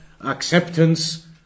acceptance